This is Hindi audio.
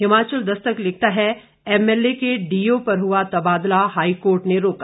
हिमाचल दस्तक लिखता है एमएलए के डीओ पर हुआ तबादला हाईकोर्ट ने रोका